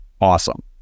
awesome